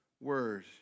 word